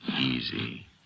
Easy